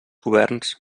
governs